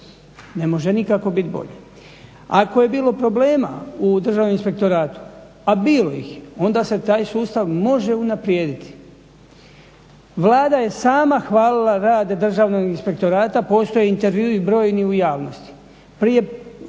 Ne može nikako biti bolje. Ako je bilo problema u državnom inspektoratu a bilo ih je onda se taj sustav može unaprijediti. Vlada je sama hvalila rad državnog inspektorata. Postoji intervjui brojni u javnosti. Prije